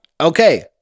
Okay